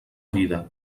vida